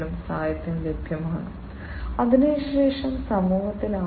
അതിനുശേഷം സമൂഹത്തിൽ ആകർഷകമായ IoT നിർദ്ദിഷ്ട ബിസിനസ്സ് മോഡലുകളിലൂടെ ഞങ്ങൾ കടന്നുപോയി